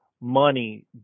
money